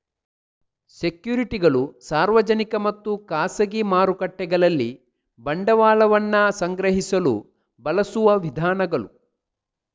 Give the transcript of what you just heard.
ಸೆಕ್ಯುರಿಟಿಗಳು ಸಾರ್ವಜನಿಕ ಮತ್ತು ಖಾಸಗಿ ಮಾರುಕಟ್ಟೆಗಳಲ್ಲಿ ಬಂಡವಾಳವನ್ನ ಸಂಗ್ರಹಿಸಲು ಬಳಸುವ ವಿಧಾನಗಳು